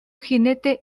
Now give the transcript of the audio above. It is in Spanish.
jinete